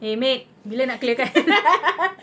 !hey! maid bila nak clearkan